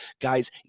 Guys